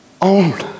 own